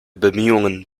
bemühungen